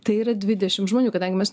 tai yra dvidešim žmonių kadangi mes